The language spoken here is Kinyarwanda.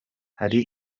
hari